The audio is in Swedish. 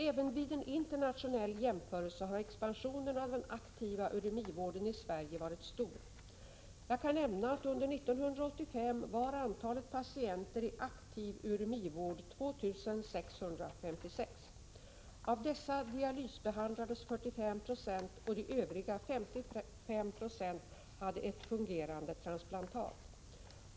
Även vid en internationell jämförelse har expansionen av den aktiva uremivården i Sverige varit stor. Jag kan nämna att under 1985 var antalet patienter i aktiv uremivård 2 656. Av dessa dialysbehandlades 45 96, och de övriga 55 96 hade ett fungerande transplantat.